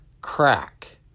crack